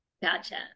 Gotcha